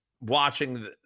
watching